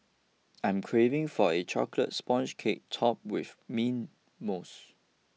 I'm craving for a Chocolate Sponge Cake Topped with Mint Mousse